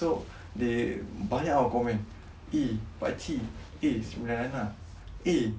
so they banyak [tau] comment !ee! pak cik eh sembilan anak eh